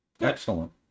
excellent